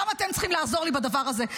גם אתם צריכים לעזור לי בדבר הזה.